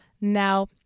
Now